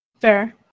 fair